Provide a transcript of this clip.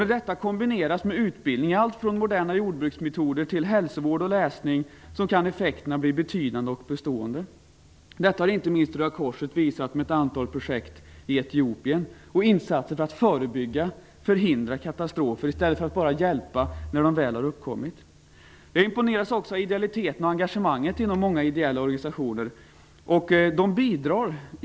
Om detta kombineras med utbildning i alltifrån moderna jordbruksmetoder till hälsovård och läsning kan effekterna bli betydande och bestående. Detta har Röda korset visat genom ett antal projekt i Etiopien. Man har gjort insatser för att förebygga och förhindra katastrofer i stället för att bara hjälpa när de väl har inträffat. Jag imponeras också av idealiteten och engagemanget inom många ideella organisationer.